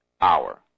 hour